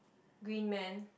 green man